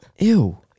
Ew